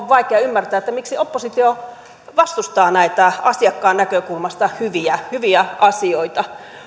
vaikea ymmärtää miksi oppositio vastustaa näitä asiakkaan näkökulmasta hyviä hyviä asioita